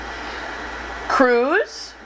Cruise